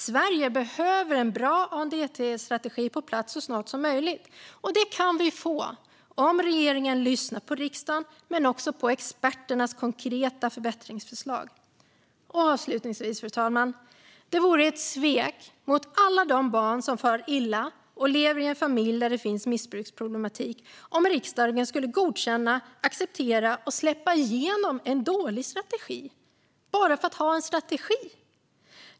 Sverige behöver en bra ANDTS-strategi på plats så snart som möjligt, och det kan vi få om regeringen lyssnar på riksdagens men också på experternas konkreta förbättringsförslag. Avslutningsvis, fru talman: Det vore ett svek mot alla de barn som far illa och lever i en familj där det finns missbruksproblematik om riksdagen skulle godkänna, acceptera och släppa igenom en dålig strategi bara för att ha en strategi.